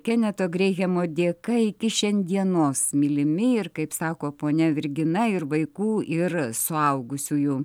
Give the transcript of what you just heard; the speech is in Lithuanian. keneto greihemo dėka iki šiandienos mylimi ir kaip sako ponia virgina ir vaikų ir suaugusiųjų